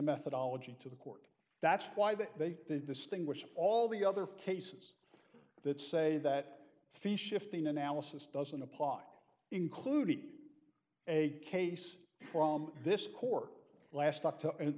methodology to the court that's why that they distinguished all the other cases that say that fee shifting analysis doesn't apply including a case from this court last october and